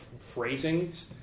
phrasings